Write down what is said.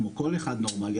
כמו כל אחד נורמלי.